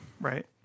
right